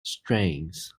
strains